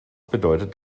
bedeutet